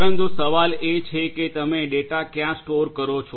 પરંતુ સવાલ એ છે કે તમે ડેટા ક્યાં સ્ટોર કરો છો